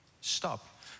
stop